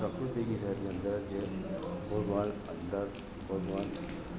જે પ્રકૃતિક એ સાઇડની અંદર જે ભગવાન અંદર ભગવાન